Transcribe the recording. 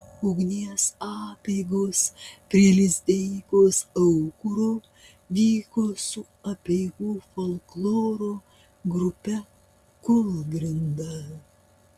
ugnies apeigos prie lizdeikos aukuro vyko su apeigų folkloro grupe kūlgrinda